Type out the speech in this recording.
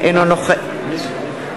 נגד